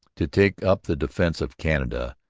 to take up the defence of canada,